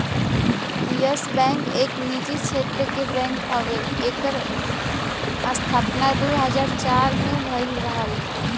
yes Bank एक निजी क्षेत्र क बैंक हउवे एकर स्थापना दू हज़ार चार में भयल रहल